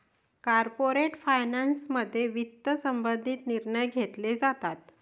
corporate फायनान्समध्ये वित्त संबंधित निर्णय घेतले जातात